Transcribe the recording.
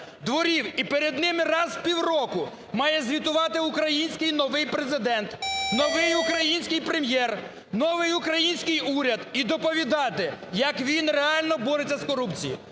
дворів. І перед ними раз в півроку має звітувати український новий Президент, новий український Прем’єр, новий український уряд і доповідати, як він реально бореться з корупцією.